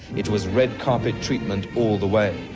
it was red-carpet treatment all the way.